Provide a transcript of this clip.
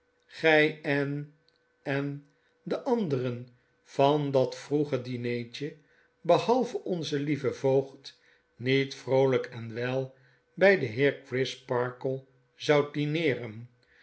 gy en en de anderen van dat vroegere dinertje behalve onze lieve voogd niet vroolyk en wel by den heer crisparkle zoudt dineeren